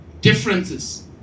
differences